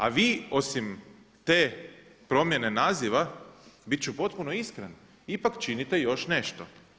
A vi osim te promjene naziva, bit ću potpuno iskren ipak činite još nešto.